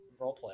roleplay